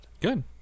good